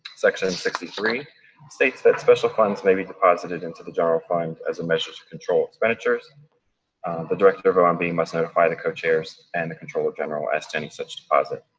section sixty three states that special funds may be deposited into the general fund as a measure to control expenditures. the director of omb must notify the co-chairs and the controller general as to any such deposit.